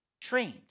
trained